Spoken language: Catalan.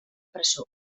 presó